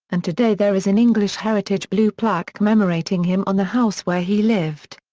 and today there is an english heritage blue plaque commemorating him on the house where he lived.